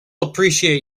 appreciate